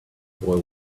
boy